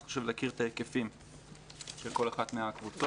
אז פשוט להכיר את ההיקפים של כל אחת מהקבוצות.